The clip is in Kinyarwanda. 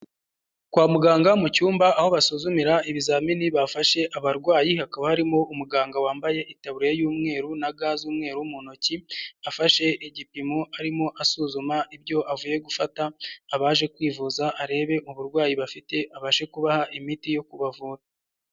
Kwa muganga mu cyumba aho basuzumira ibizamini bafashe abarwayi, hakaba harimo umuganga wambaye itaburiya y'umweru na ga z'umweru mu ntoki, afashe igipimo arimo asuzuma ibyo avuye gufata, abaje kwivuza arebe uburwayi bafite, abashe kubaha imiti yo kubavura.